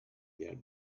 their